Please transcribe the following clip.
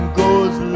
goes